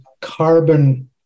carbon